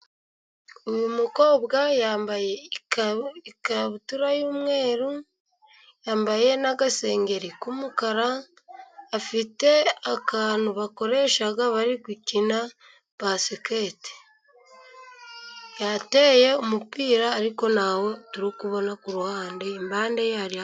Uyu mukobwa yambaye ikabutura y'umweru, yambaye agasengeri k'umukara, afite akantu bakoresha bari gukina basikete. yateye umupira , ariko ntawo turi kubona ku ruhande. Impande ye hari...